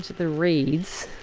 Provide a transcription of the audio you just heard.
the reeds.